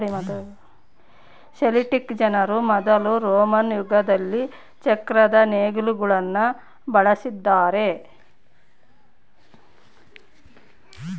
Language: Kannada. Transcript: ಸೆಲ್ಟಿಕ್ ಜನರು ಮೊದಲು ರೋಮನ್ ಯುಗದಲ್ಲಿ ಚಕ್ರದ ನೇಗಿಲುಗುಳ್ನ ಬಳಸಿದ್ದಾರೆ